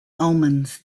omens